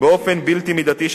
באופן בלתי מידתי,